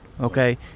Okay